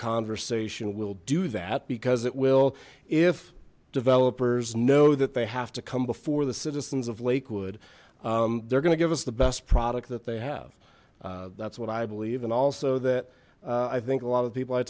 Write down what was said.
conversation will do that because it will if developers know that they have to come before the citizens of lakewood they're going to give us the best product that they have that's what i believe and also that i think a lot of people i